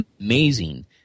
amazing